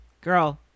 Girl